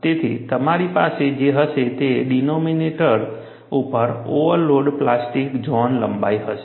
તેથી તમારી પાસે જે હશે તે ડિનોમિનેટર ઉપર ઓવરલોડ પ્લાસ્ટિક ઝોન લંબાઈ હશે